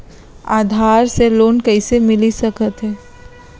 आधार से लोन कइसे मिलिस सकथे?